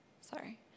sorry